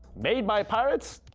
made by pirates,